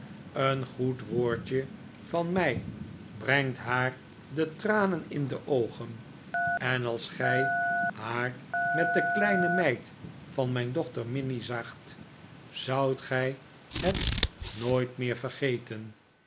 een goed woordje van mij brengt haar de tranen in de oogen en als gij haar met de kleine meid van mijn dochter minnie zaagt zoudt gij het nooit meer vergeten